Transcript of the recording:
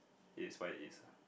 it is what it is ah